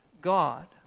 God